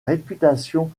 réputation